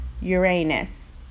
Uranus